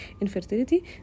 infertility